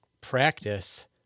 practice